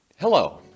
Hello